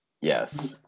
Yes